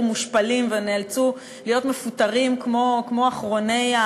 מושפלים ונאלצו להיות מפוטרים כמו אחרוני,